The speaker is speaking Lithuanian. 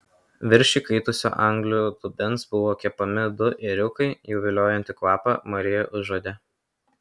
virš įkaitusio anglių dubens buvo kepami du ėriukai jų viliojantį kvapą marija užuodė